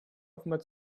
offenbar